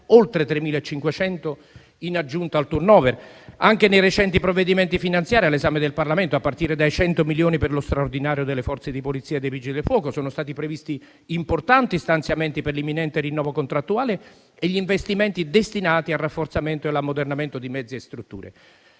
oltre 3.500 in aggiunta al *turnover*. Anche nei recenti provvedimenti finanziari all'esame del Parlamento, a partire dai 100 milioni per lo straordinario delle Forze di polizia e dei Vigili del fuoco, sono stati previsti importanti stanziamenti per l'imminente rinnovo contrattuale e investimenti destinati al rafforzamento e all'ammodernamento di mezzi e strutture.